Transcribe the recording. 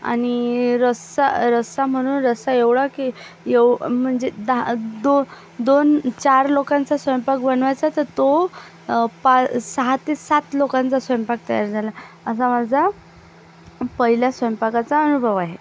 आणि रस्सा रस्सा म्हणून रस्सा एवढा की एव म्हणजे दहा दो दोन चार लोकांचा स्वयंपाक बनवायचा तर तो पा सहा ते सात लोकांचा स्वयंपाक तयार झाला असा माझा पहिल्या स्वयंपाकाचा अनुभव आहे